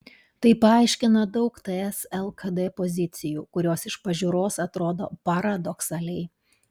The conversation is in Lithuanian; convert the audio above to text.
tai paaiškina daug ts lkd pozicijų kurios iš pažiūros atrodo paradoksaliai